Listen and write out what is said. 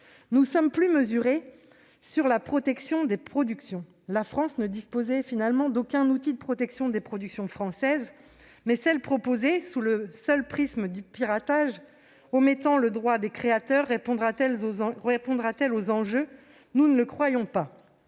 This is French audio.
Nous sommes plus mesurés sur la protection des productions. La France ne disposait d'aucun outil de protection des productions françaises, mais la mesure proposée, conçue sous le seul prisme du piratage et omettant le droit des créateurs, répondra-t-elle aux enjeux ? Cela ne nous semble pas